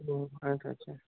ও ওখানে থাকছ